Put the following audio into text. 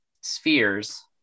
spheres